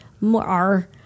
more